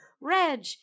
Reg